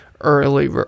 early